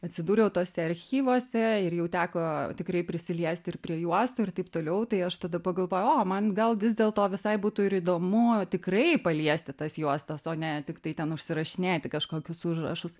atsidūriau tuose archyvuose ir jau teko tikrai prisiliesti ir prie juostų ir taip toliau tai aš tada pagalvojau o man gal vis dėlto visai būtų ir įdomu tikrai paliesti tas juostas o ne tiktai ten užsirašinėti kažkokius užrašus